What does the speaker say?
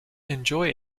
enjoy